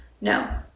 No